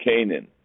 Canaan